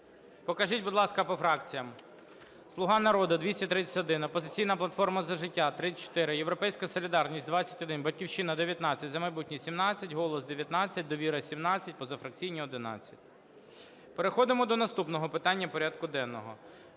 Покажіть, будь ласка, по фракціях: "Слуга народу" – 231, "Опозиційна платформа - За життя" – 34, "Європейська солідарність" – 21, "Батьківщина" – 19, "За майбутнє" – 17, "Голос" – 19, "Довіра" – 17, позафракційні – 11. Переходимо до наступного питання порядку денного.